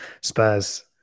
Spurs